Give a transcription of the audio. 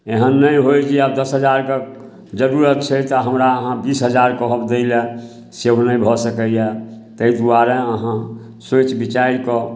एहन नहि होइ जे आब दस हजारके जरूरत छै तऽ हमरा अहाँ बीस हजार कहब दैलए से नहि भऽ सकैए ताहि दुआरे अहाँ सोचि विचारिकऽ